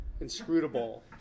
inscrutable